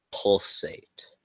Pulsate